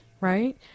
right